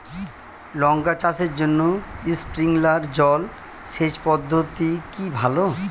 লঙ্কা চাষের জন্য স্প্রিংলার জল সেচ পদ্ধতি কি ভালো?